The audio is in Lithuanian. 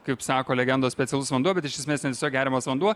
kaip sako legendos specialus vanduo bet iš esmės ten tiesiog geriamas vanduo